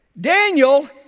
Daniel